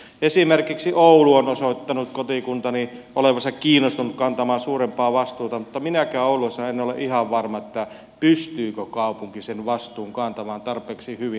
esimerkiksi oulu on osoittanut kotikuntani olevansa kiinnostunut kantamaan suurempaa vastuuta mutta minäkään oululaisena en ole ihan varma pystyykö kaupunki sen vastuun kantamaan tarpeeksi hyvin